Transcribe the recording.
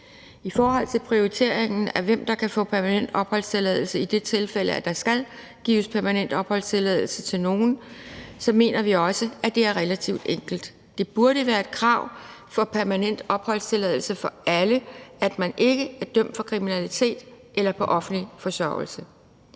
I forhold til prioriteringen af, hvem der kan få permanent opholdstilladelse i det tilfælde, at der skal gives permanent opholdstilladelse til nogle, så mener vi også, at det er relativt enkelt. Det burde være et krav for permanent opholdstilladelse for alle, at man ikke er dømt for kriminalitet eller er på offentlig forsørgelse.